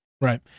Right